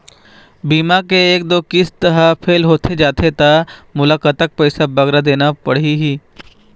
बीमा के एक दो किस्त हा फेल होथे जा थे ता मोला कतक पैसा बगरा देना पड़ही ही?